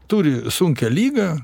turi sunkią ligą